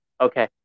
Okay